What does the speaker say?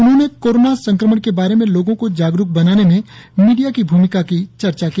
उन्होंने कोरोना संक्रमण के बारे में लोगों को जागरूक बनाने में मीडिया की भ्रमिका पर चर्चा की